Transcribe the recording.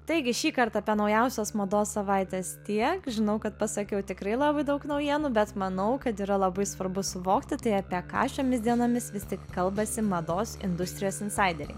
taigi šįkart apie naujausios mados savaites tiek žinau kad pasakiau tikrai labai daug naujienų bet manau kad yra labai svarbu suvokti tai apie ką šiomis dienomis visi kalbasi mados industrijos insaideriai